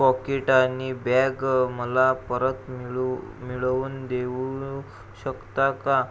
pocket आणि bag मला परत मिळू मिळवून देऊ शकता का